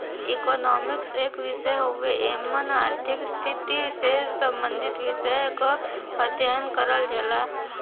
economics एक विषय हउवे एमन आर्थिक स्थिति से सम्बंधित विषय क अध्ययन करल जाला